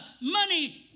money